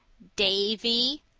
davy,